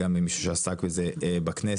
וגם כמישהו שעסק בזה בכנסת.